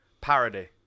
parody